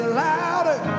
louder